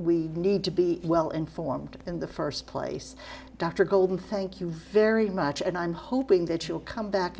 we need to be well informed in the first place dr golden thank you very much and i'm hoping that you'll come back